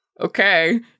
Okay